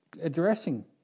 addressing